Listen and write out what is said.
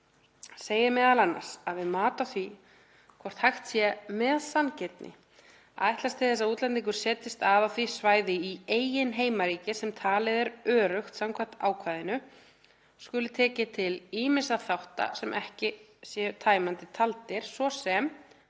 segir m.a. að við mat á því hvort hægt sé með sanngirni að ætlast til þess að útlendingur setjist að á því svæði í eigin heimaríki sem talið er öruggt samkvæmt ákvæðinu skuli tekið tillit til ýmissa þátta sem ekki séu tæmandi taldir, svo sem